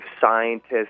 scientists